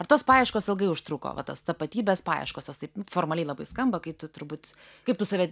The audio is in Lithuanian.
ar tos paieškos ilgai užtruko va tas tapatybės paieškos jos taip formaliai labai skamba kai tu turbūt kaip tu save